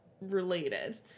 related